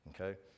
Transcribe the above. okay